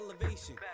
elevation